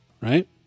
right